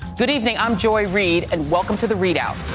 good evening. i'm joy reid, and welcome to the reidout.